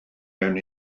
mewn